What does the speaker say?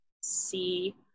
see